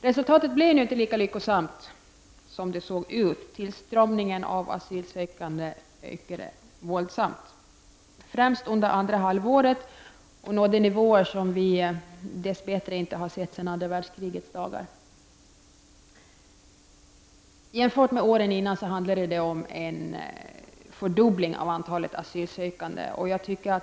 Resultatet blev nu inte lika lyckosamt som det föreföll att bli. Tillströmningen av asylsökande ökade våldsamt, främst under andra halvåret. Den nådde nivåer som vi dess bättre inte har sett sedan andra världskrigets dagar. Jämfört med tidigare år rörde det sig om en fördubbling av antalet asylsökande.